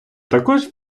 також